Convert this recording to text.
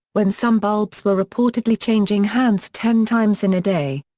when some bulbs were reportedly changing hands ten times in a day.